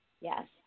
yes